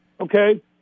Okay